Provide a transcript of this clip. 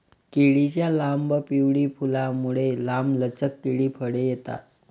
केळीच्या लांब, पिवळी फुलांमुळे, लांबलचक केळी फळे येतात